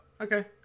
Okay